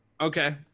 Okay